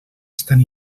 estan